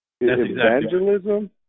Evangelism